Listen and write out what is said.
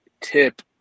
tip